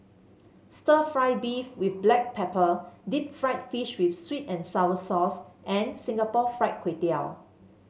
stir fry beef with Black Pepper Deep Fried Fish with sweet and sour sauce and Singapore Fried Kway Tiao